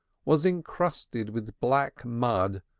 was encrusted with black mud,